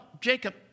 Jacob